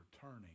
turning